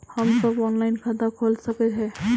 हम सब ऑनलाइन खाता खोल सके है?